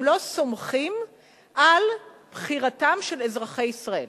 לא סומכים על בחירתם של אזרחי ישראל.